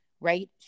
right